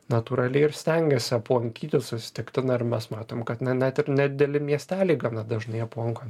natūraliai ir stengiasi aplankyti susitikti na ir mes matom kad net ir nedideli miesteliai gana dažnai aplanko